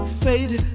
fade